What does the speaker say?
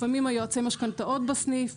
לפעמים יועצי המשכנתאות בסניף,